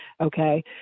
okay